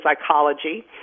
psychology